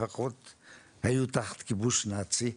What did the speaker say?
היו תחת כיבוש נאצי,